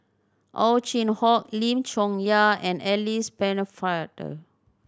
Ow Chin Hock Lim Chong Yah and Alice Pennefather